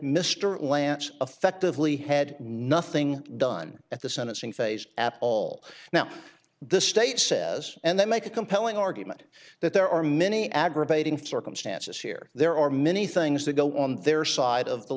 mr lance effectively had nothing done at the sentencing phase at all now the state says and they make a compelling argument that there are many aggravating circumstances here there are many things that go on their side of the